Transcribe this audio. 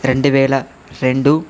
రెండు వేల రెండు